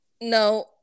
No